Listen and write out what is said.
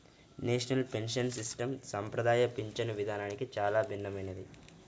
national pension system సంప్రదాయ పింఛను విధానానికి చాలా భిన్నమైనది